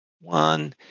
one